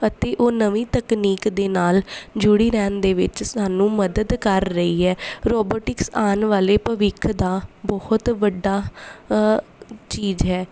ਅਤੇ ਉਹ ਨਵੀਂ ਤਕਨੀਕ ਦੇ ਨਾਲ ਜੁੜੀ ਰਹਿਣ ਦੇ ਵਿੱਚ ਸਾਨੂੰ ਮਦਦ ਕਰ ਰਹੀ ਹੈ ਰੋਬੋਟਿਕਸ ਆਉਣ ਵਾਲੇ ਭਵਿੱਖ ਦਾ ਬਹੁਤ ਵੱਡਾ ਚੀਜ਼ ਹੈ